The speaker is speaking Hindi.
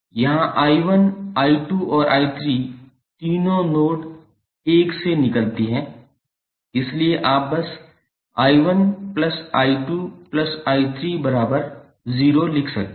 यहाँ 𝐼1 𝐼2 और 𝐼3 तीनों नोड 1 से निकलती है इसलिए आप बस 𝐼1𝐼2𝐼30 लिख सकते हैं